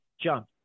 jump